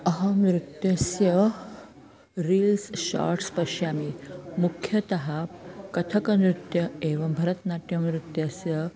अहं नृत्यस्य reels shorts पश्यामि मुख्यतः कथक् नृत्यम् एवं भरतनाट्यं नृत्यस्य